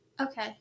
Okay